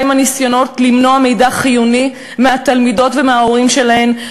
עם הניסיונות למנוע מידע חיוני מהתלמידות ומההורים שלהן,